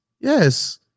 Yes